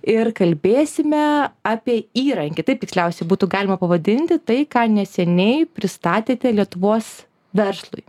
ir kalbėsime apie įrankį taip tiksliausiai būtų galima pavadinti tai ką neseniai pristatėte lietuvos verslui